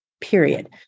period